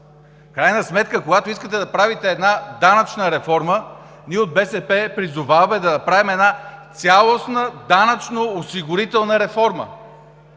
крайна сметка, когато искате да правите една данъчна реформа, ние от БСП призоваваме да направим една цялостна данъчно-осигурителна реформа.